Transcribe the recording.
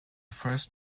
first